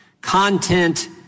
content